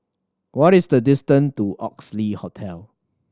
what is the distance to Oxley Hotel